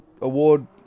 award